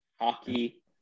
Hockey